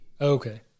Okay